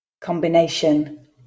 Combination